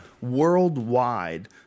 Worldwide